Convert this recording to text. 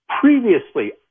previously